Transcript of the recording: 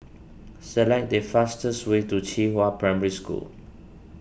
select the fastest way to Qihua Primary School